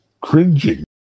cringing